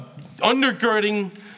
undergirding